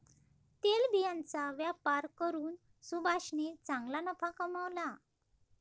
तेलबियांचा व्यापार करून सुभाषने चांगला नफा कमावला